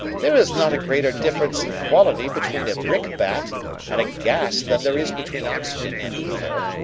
there is not a greater difference in quality between a brick-bat and a gas than there is between oxygen and ether.